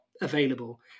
available